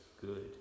good